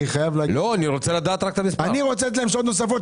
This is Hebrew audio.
אני רוצה לתת להם שעות נוספות,